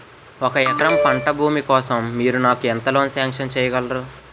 ఒక ఎకరం పంట భూమి కోసం మీరు నాకు ఎంత లోన్ సాంక్షన్ చేయగలరు?